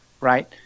right